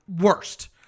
worst